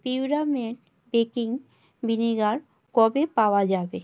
পিউরামেট baking vinegar কবে পাওয়া যাবে